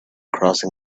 crossing